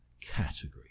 category